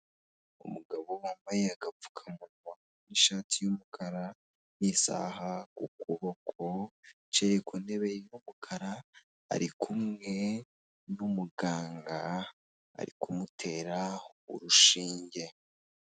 Umugabo wambaye agapfukamunwa n'ishati y'umukara n'isaha ku kuboko wicaye ku ntebe y'umukara, ari kumwe n'umuganga ari kumutera urushinge.